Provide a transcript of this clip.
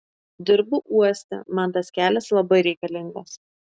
dirbu uoste man tas kelias labai reikalingas